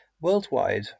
Worldwide